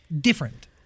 different